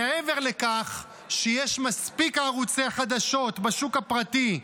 מעבר לכך שיש מספיק ערוצי חדשות בשוק הפרטי,